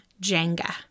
Jenga